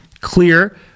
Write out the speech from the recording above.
clear